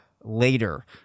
later